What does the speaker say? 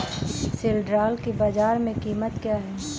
सिल्ड्राल की बाजार में कीमत क्या है?